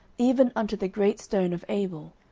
even unto the great stone of abel,